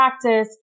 practice